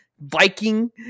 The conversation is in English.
Viking